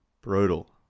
Brutal